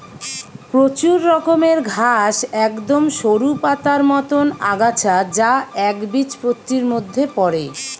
প্রচুর রকমের ঘাস একদম সরু পাতার মতন আগাছা যা একবীজপত্রীর মধ্যে পড়ে